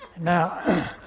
Now